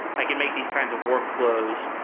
i can make these kinds of workfl ows.